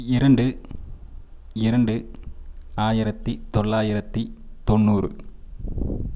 இரண்டு இரண்டு ஆயிரத்தி தொள்ளாயிரத்தி தொண்ணூறு